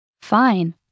Fine